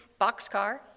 boxcar